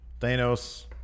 Thanos